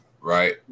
right